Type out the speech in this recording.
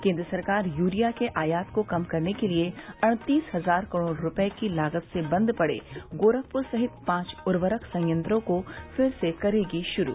केन्द्र सरकार यूरिया के आयात को कम करने के लिए अड़तीस हजार करोड़ रुपये की लागत से बंद पड़े गोरखपुर सहित पांच उर्वरक संयंत्रों को फिर से करेगी शुरू